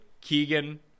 Keegan